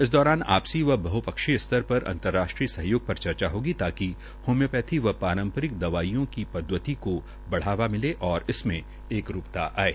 इस दौरान आपसी व बहपक्षीय स्तर पर अंतर्राष्ट्रीय सहयोग पर चर्चा होगी ताकि होम्योपैथी व पारंपरिक दवाईयों की पदवति को बढ़ावा मिले और इसमे एकरूपता आये